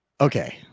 okay